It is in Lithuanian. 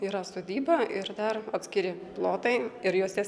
yra sodyba ir dar atskiri plotai ir jose